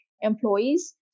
employees